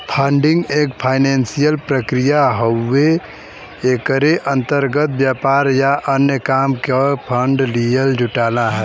funding एक financial प्रक्रिया हउवे एकरे अंतर्गत व्यापार या अन्य काम क लिए फण्ड जुटाना हौ